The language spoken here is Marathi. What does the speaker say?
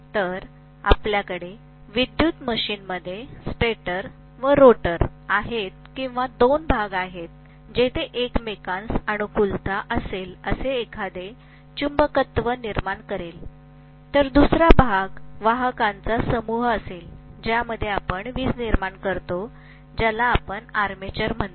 तर आपल्याकडे विद्युत मशीनमध्ये स्टेटर व रोटर आहेत किंवा 2 भाग आहेत जेथे एकमेकास अनुकूलता असेल असे एखादे क्षेत्र चुंबकत्व निर्माण करेल तर दुसरा भाग वाहकांचा समूह असेल ज्यामध्ये आपण वीज निर्माण करतो ज्याला आपण आर्मेचर म्हणतो